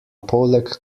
poleg